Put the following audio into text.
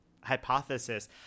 hypothesis